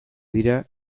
dira